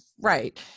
right